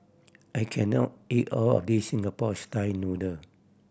I can not eat all of this Singapore style noodle